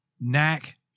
Knack